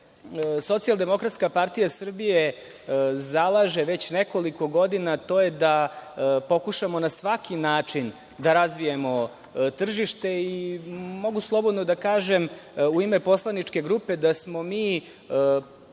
Socijaldemokratska partija Srbije zalaže već nekoliko godina to je da pokušamo na svaki način da razvijemo tržište i mogu slobodno da kažem u ime poslaničke grupe da smo mi